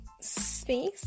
space